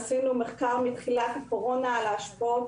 עשינו מחקר מתחילת הקורונה על ההשפעות